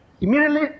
Immediately